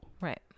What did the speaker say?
Right